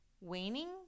waning